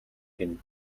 гэнэ